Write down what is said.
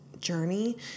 journey